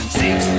six